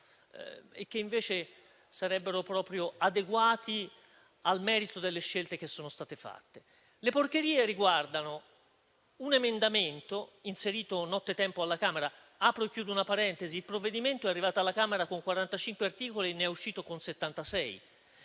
e che sarebbe adeguato al merito delle scelte che sono state compiute. Le porcherie riguardano un emendamento inserito nottetempo alla Camera. Apro e chiudo una parentesi: il provvedimento è arrivato alla Camera con 45 articoli e ne è uscito con 76,